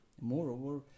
Moreover